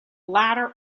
latter